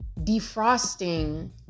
defrosting